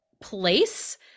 place